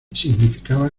significaba